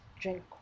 drink